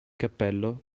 cappello